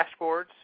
dashboards